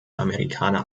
amerikaner